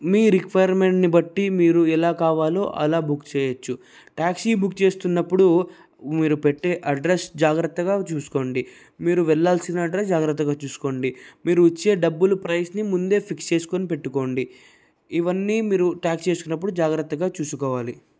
మీ రిక్వైర్మెంట్ని బట్టి మీరు ఎలా కావాలో అలా బుక్ చేయచ్చు ట్యాక్సీ బుక్ చేస్తున్నప్పుడు మీరు పెట్టే అడ్రస్ జాగ్రత్తగా చూసుకోండి మీరు వెళ్లాల్సిన అడ్రస్ జాగ్రత్తగా చూసుకోండి మీరు ఇచ్చే డబ్బులు ప్రైస్ని ముందే ఫిక్స్ చేసుకొని పెట్టుకోండి ఇవన్నీ మీరు ట్యాక్సీ చేసినప్పుడు జాగ్రత్తగా చూసుకోవాలి